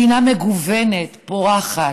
מדינה מגוונת, פורחת,